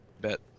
bet